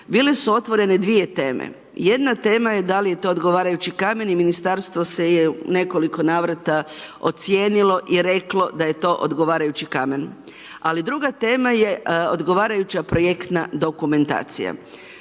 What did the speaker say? Bile su otvorene dvije teme. Jedna tema je da li je to odgovarajući kamen i ministarstvo se je u nekoliko navrata ocijenilo i reklo da je to odgovarajući kamen ali druga tema je odgovarajuća projektna dokumentacija.